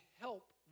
help